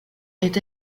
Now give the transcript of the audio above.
est